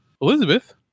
Elizabeth